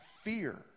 fear